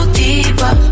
deeper